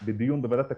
בדיון בוועדת הכלכלה,